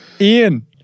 Ian